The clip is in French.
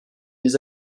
des